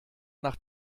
nach